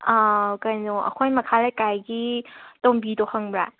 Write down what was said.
ꯑꯥ ꯀꯩꯅꯣ ꯑꯩꯈꯣꯏ ꯃꯈꯥ ꯂꯩꯀꯥꯏꯒꯤ ꯇꯣꯝꯕꯤꯗꯣ ꯈꯪꯕ꯭ꯔꯥ